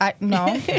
No